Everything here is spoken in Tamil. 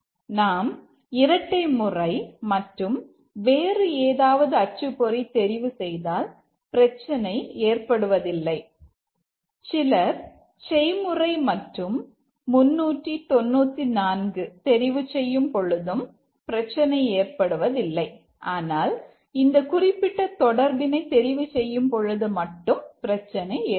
நாம் இரட்டை முறை மற்றும் வேறு ஏதாவது அச்சுப்பொறி தெரிவு செய்தால் பிரச்சனை ஏற்படுவதில்லை சிலர் செய்முறை மற்றும் 394 தெரிவு செய்யும் பொழுதும் பிரச்சனை ஏற்படுவதில்லை ஆனால் இந்த குறிப்பிட்ட தொடர்பினை தெரிவு செய்யும்பொழுது பிரச்சனை ஏற்படும்